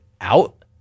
out